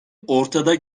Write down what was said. ortada